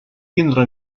tindre